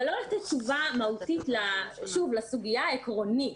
אבל לא לתת תשובה מהותית לסוגיה העקרונית,